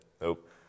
nope